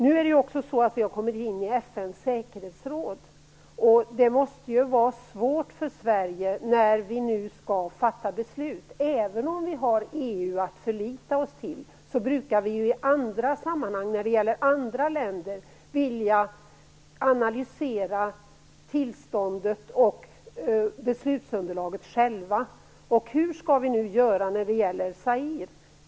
Nu har vi också kommit in i FN:s säkerhetsråd. Det måste vara svårt för Sverige när vi nu skall fatta beslut. Även om vi har EU att förlita oss på brukar vi i andra sammanhang när det gäller andra länder vilja analysera tillståndet och beslutsunderlaget själva. Hur skall vi nu göra när det gäller Zaire?